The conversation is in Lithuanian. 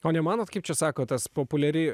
o nemanot kaip čia sako tas populiari